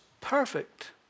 perfect